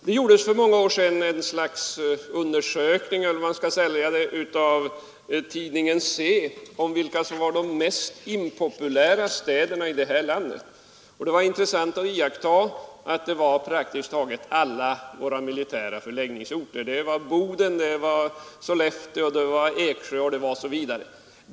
Det gjordes för många år sedan ett slags undersökning av tidningen SE om vilka städer som var de mest impopulära i vårt land, och det var intressant att iaktta att till dessa hörde praktiskt taget alla militära förläggningsorter, såsom Boden, Sollefteå, Eksjö osv.